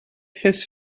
his